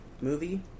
movie